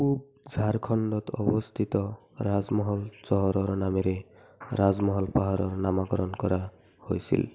পূৱ ঝাৰখণ্ডত অৱস্থিত ৰাজমহল চহৰৰ নামেৰে ৰাজমহল পাহাৰৰ নামকৰণ কৰা হৈছিল